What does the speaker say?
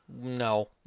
no